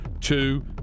two